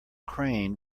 crane